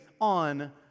on